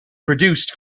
produced